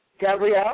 Gabrielle